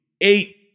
eight